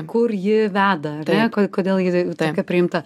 kur ji veda ar ne ko kodėl ji tokia priimta